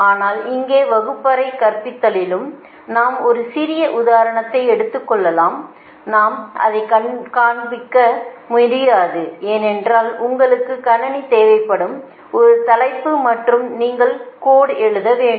ஆனால் இங்கே வகுப்பறை கற்பித்தலிலும் நாம் ஒரு சிறிய உதாரணத்தை எடுத்துக் கொள்ளலாம் நாம் அதை காண்பிக்க முடியாது ஏனென்றால் உங்களுக்கு கணினி தேவைப்படும் ஒரு தலைப்பு மற்றும் நீங்கள் கோடு எழுத வேண்டும்